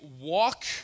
walk